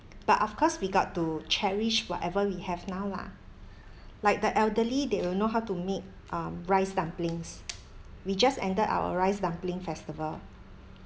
but of course we got to cherish whatever we have now lah like the elderly they will know how to make um rice dumplings we just ended our rice dumpling festival